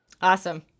Awesome